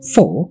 Four